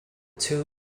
two